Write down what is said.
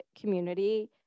community